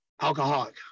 alcoholic